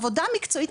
עבודה מקצועית,